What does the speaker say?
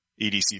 EDC